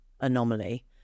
Anomaly